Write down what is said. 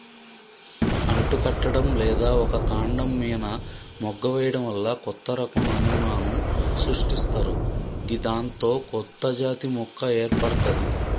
అంటుకట్టడం లేదా ఒక కాండం మీన మొగ్గ వేయడం వల్ల కొత్తరకం నమూనాను సృష్టిస్తరు గిదాంతో కొత్తజాతి మొక్క ఏర్పడ్తది